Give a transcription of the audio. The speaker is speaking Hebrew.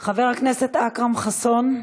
זהו, חבר הכנסת אכרם חסון?